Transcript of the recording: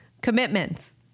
commitments